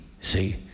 See